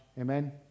Amen